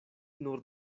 nur